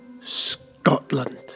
Scotland